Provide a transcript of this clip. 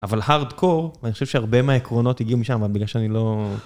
אבל הארדקור, ואני חושב שהרבה מהעקרונות הגיעו משם, אבל בגלל שאני לא...